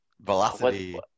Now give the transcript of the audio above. Velocity